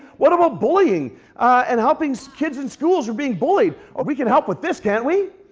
what about bullying and helping so kids in schools from being bullied? we can help with this can't we?